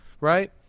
right